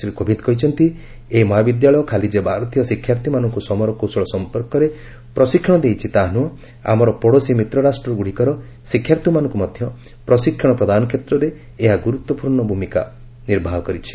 ଶ୍ରୀ କୋବିନ୍ଦ କହିଛନ୍ତି ଏହି ମହାବିଦ୍ୟାଳୟ ଖାଲି ଯେ ଭାରତୀୟ ଶିକ୍ଷାର୍ଥୀମାନଙ୍କୁ ସମରକୌଶଳ ସମ୍ପର୍କରେ ପ୍ରଶିକ୍ଷଣ ଦେଇଛି ତାହା ନୁହଁ ଆମର ପଡ଼ୋଶୀ ମିତ୍ର ରାଷ୍ଟ୍ରଗୁଡ଼ିକର ଶିକ୍ଷାର୍ଥୀମାନଙ୍କୁ ମଧ୍ୟ ପ୍ରଶିକ୍ଷଣ ପ୍ରଦାନ କ୍ଷେତ୍ରରେ ଏହା ଗୁରୁତ୍ୱପୂର୍ଣ୍ଣ ଭୂମିକା ନିର୍ବାହ କରିଛି